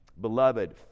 Beloved